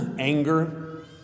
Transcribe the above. Anger